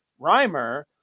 Reimer